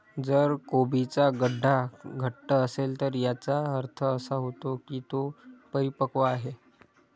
जर कोबीचा गड्डा घट्ट असेल तर याचा अर्थ असा होतो की तो परिपक्व आहे